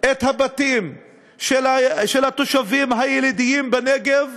את הבתים של התושבים הילידים בנגב,